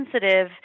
sensitive